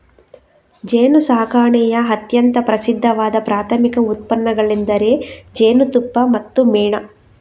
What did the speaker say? ಜೇನುಸಾಕಣೆಯ ಅತ್ಯಂತ ಪ್ರಸಿದ್ಧವಾದ ಪ್ರಾಥಮಿಕ ಉತ್ಪನ್ನಗಳೆಂದರೆ ಜೇನುತುಪ್ಪ ಮತ್ತು ಮೇಣ